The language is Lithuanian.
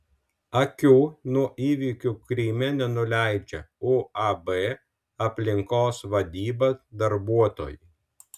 akių nuo įvykių kryme nenuleidžia uab aplinkos vadyba darbuotojai